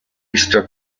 ist